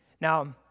Now